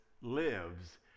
lives